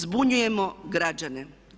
Zbunjujemo građane.